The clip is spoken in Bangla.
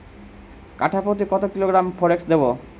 কাঠাপ্রতি কত কিলোগ্রাম ফরেক্স দেবো?